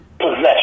possession